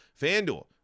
fanduel